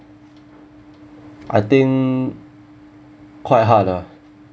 I think quite hard lah